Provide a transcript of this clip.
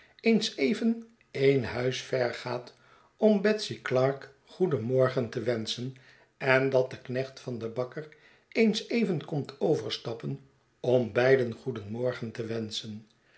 eens even een huis ver gaat om betsy clarke goedenmorgen te wenschen en dat de knecht van den bakker eens even komt overstappen om beiden goedenmorgen te wenschen